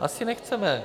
Asi nechceme.